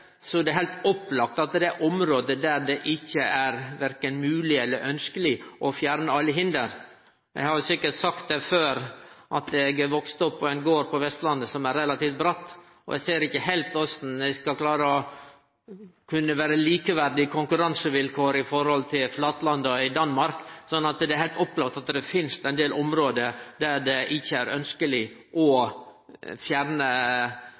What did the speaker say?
Det er heilt opplagt at det er område der det ikkje er mogleg eller ønskjeleg å fjerne alle hinder. Eg har sikkert sagt før at eg er vaksen opp på ein gard på Vestlandet som ligg relativt bratt til, og eg ser ikkje heilt korleis ein skal kunne ha likeverdige konkurransevilkår i forhold til flatlanda i Danmark. Så det er heilt opplagt at det finst ein del område der det ikkje er ønskjeleg å fjerne